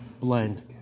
blend